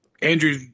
Andrew